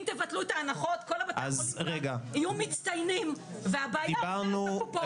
אם תבטלו את ההנחות כל בתי החולים כאן יהיו מצטיינים והבעיה בקופות,